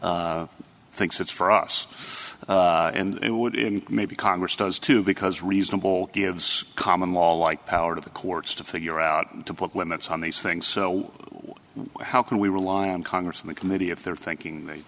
thinks it's for us and it would in maybe congress does too because reasonable gives common law like power to the courts to figure out to put limits on these things so how can we rely on congress and the committee if they're thinking they